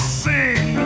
sing